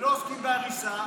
ולא עוסקים בהריסה,